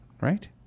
right